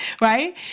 right